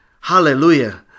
Hallelujah